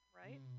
right